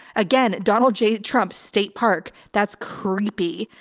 again, donald j. trump state park. that's creepy.